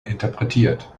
interpretiert